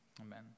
Amen